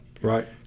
Right